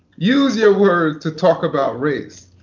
use your words to talk about race.